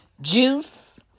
juice